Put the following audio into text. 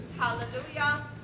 Hallelujah